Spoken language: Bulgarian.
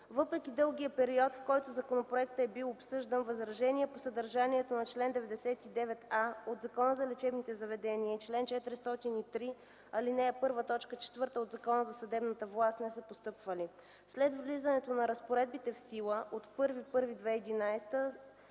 Въпреки дългия период, в който законопроектът e бил обсъждан, възражения по съдържанието на чл. 99а от Закона за лечебните заведения и чл. 403, ал. 1, т. 4 от Закона за съдебната власт не са постъпвали. След влизането на разпоредбите в сила от 01